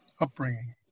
upbringing